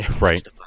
right